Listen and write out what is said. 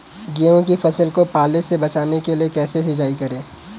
गेहूँ की फसल को पाले से बचाने के लिए कैसे सिंचाई करें?